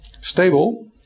stable